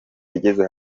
igeze